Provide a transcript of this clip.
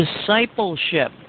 Discipleship